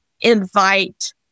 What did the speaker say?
invite